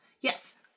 Yes